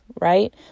right